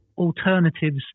alternatives